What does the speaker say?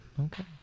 Okay